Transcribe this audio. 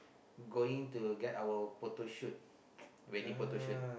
going to get our photoshoot wedding photoshoot